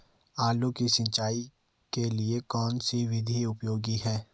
आलू की सिंचाई के लिए कौन सी विधि उपयोगी है?